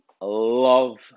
love